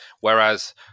Whereas